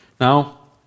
Now